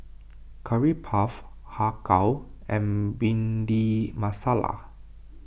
Curry Puff Har Kow and Bhindi Masala